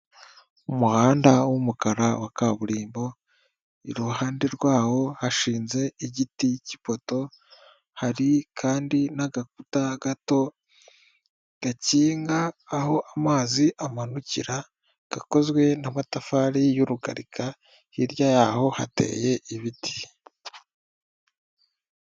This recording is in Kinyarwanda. Umuhanda w'umukara wa kaburimbo iruhande rwawo hashinze igiti cy'ipoto hari kandi n'agakuta gato gakinga aho amazi amanukira gakozwe n'amatafari y'urugarika, hirya yaho hateye ibiti.